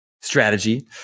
strategy